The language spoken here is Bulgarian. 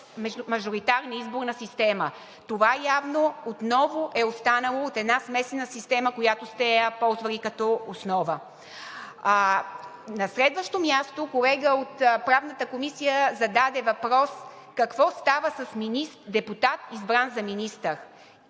мажоритарна изборна система? Това явно отново е останало от една смесена система, която сте я ползвали като основа. На следващо място, колега от Правната комисия зададе въпрос: какво става с депутат, избран за министър?